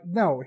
no